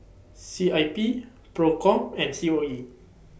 C I P PROCOM and C O E